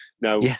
Now